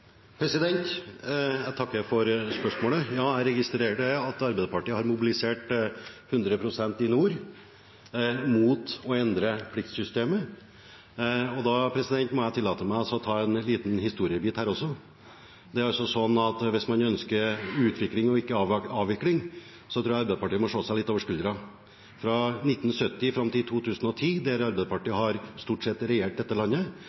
Jeg takker for spørsmålet. Jeg registrerte at Arbeiderpartiet har mobilisert 100 pst. i nord mot å endre pliktsystemet, og da må jeg tillate meg å ta en liten historiebit her også. Hvis man ønsker utvikling og ikke avvikling, tror jeg Arbeiderpartiet må se seg litt over skulderen. Fra 1970 og fram til 2010, mens Arbeiderpartiet stort sett har regjert dette landet,